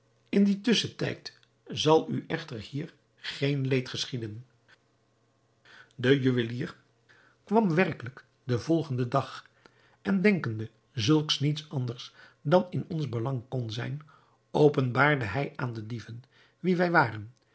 in dien tusschentijd zal u echter hier geen leed geschieden de juwelier kwam werkelijk den volgenden dag en denkende zulks niet anders dan in ons belang kon zijn openbaarde hij aan de dieven wie wij waren